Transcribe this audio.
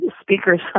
speakers